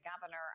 governor